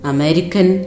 American